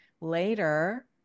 later